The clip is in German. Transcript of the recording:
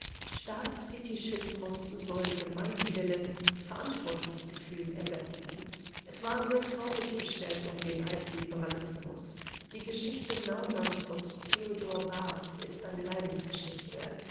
staatsfetischismus soll gemeinwillen verantwortungsgefühl ersetzen es war sehr traurig bestellt um den alten liberalismus die geschichte naumanns und theodor barths ist eine leidensgeschichte